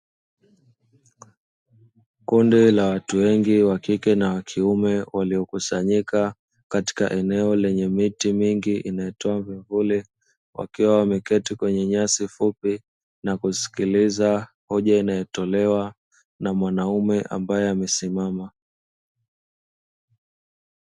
Kundi la watu wengi wa kike na wa kiume waliokusanyika katika eneo lenye miti mingi inayotoa vivuli, wakiwa wameketi kwenye nyasi fupi na kusikiliza hoja inayotolewa na mwanamume ambaye amesimama.